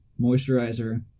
moisturizer